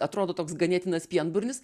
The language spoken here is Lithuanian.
atrodo toks ganėtinas pienburnis